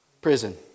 Prison